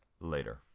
later